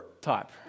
type